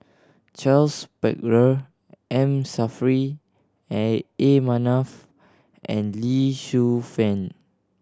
Charles Paglar M Saffri A Manaf and Lee Shu Fen